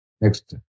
Next